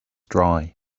dry